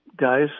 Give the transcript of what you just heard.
guys